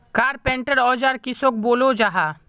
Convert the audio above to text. Carpenter औजार किसोक बोलो जाहा?